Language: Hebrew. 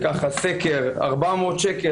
מחיר הבדיקה שעושים בנתב"ג הוא 400 שקלים